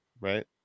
Right